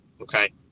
Okay